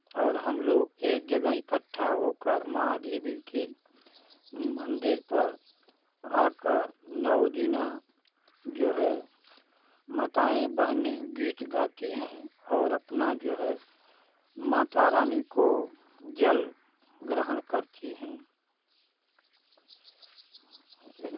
और हमलोग एक जगह इकट्ठा होकर माँ देवी के मंदिर पर आकर नौ दिना जो है माताएं बहने गीत गाती हैं और अपना जो है माता रानी को जल ग्रहण करती हैं यही